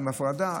עם הפרדה,